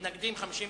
מתנגדים,